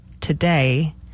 today